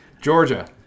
Georgia